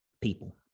people